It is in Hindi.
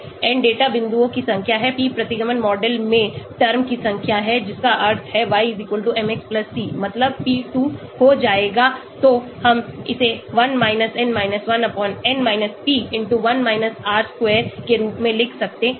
n डेटा बिंदुओं की संख्या है p प्रतिगमन मॉडल में टर्म की संख्या है जिसका अर्थ है y mx c मतलब p 2 हो जाएगा तो हम इसे 1 n 1 n p1 R square के रूप में लिख सकते हैं